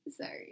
Sorry